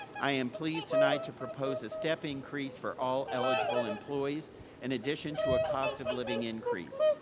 i am pleased tonight to propose a step increase for all eligible employees in addition to a cost of living increase.